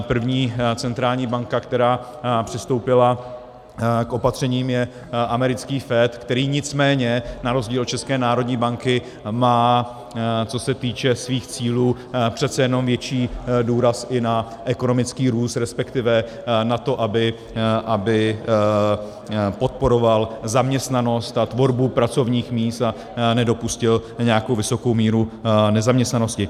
První centrální banka, která přistoupila k opatřením, je americký FED, který nicméně na rozdíl od České národní banky má, co se týče svých cílů, přece jenom větší důraz i na ekonomický růst, respektive na to, aby podporoval zaměstnanost a tvorbu pracovních míst a nedopustil nějakou vysokou míru nezaměstnanosti.